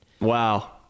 Wow